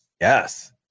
yes